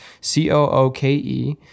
C-O-O-K-E